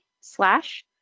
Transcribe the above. slash